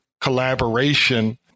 collaboration